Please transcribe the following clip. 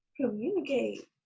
communicate